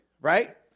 right